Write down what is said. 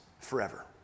forever